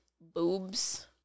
boobs